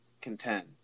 contend